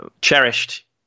cherished